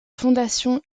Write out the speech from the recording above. fondation